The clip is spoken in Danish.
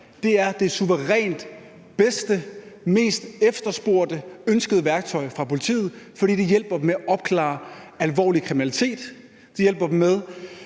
er det suverænt bedste, mest efterspurgte og mest ønskede værktøj hos politiet, fordi det hjælper dem med at opklare alvorlig kriminalitet